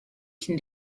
can